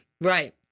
Right